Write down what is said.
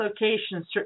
locations